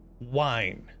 wine